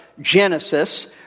Genesis